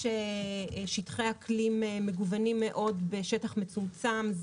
יש שטחי אקלים מגוונים מאוד בשטח מצומצם.